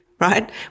right